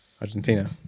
Argentina